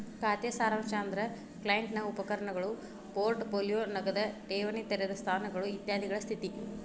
ಖಾತೆ ಸಾರಾಂಶ ಅಂದ್ರ ಕ್ಲೈಂಟ್ ನ ಉಪಕರಣಗಳು ಪೋರ್ಟ್ ಪೋಲಿಯೋ ನಗದ ಠೇವಣಿ ತೆರೆದ ಸ್ಥಾನಗಳು ಇತ್ಯಾದಿಗಳ ಸ್ಥಿತಿ